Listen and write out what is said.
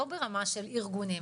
לא ברמה של ארגונים,